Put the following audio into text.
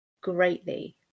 greatly